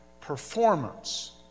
performance